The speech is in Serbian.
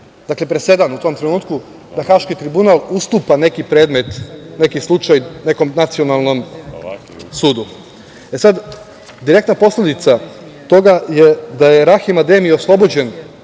put, presedan u tom trenutku, da Haški tribunal ustupa neki predmet, neki slučaj nekom nacionalnom sudu. Direktna posledica toga je da je Rahim Ademi oslobođen,